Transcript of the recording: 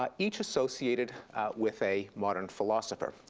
um each associated with a modern philosopher.